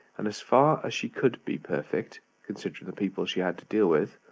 and as far as she could be perfect, considering the people she had to deal with,